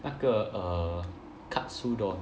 那个 err katsudon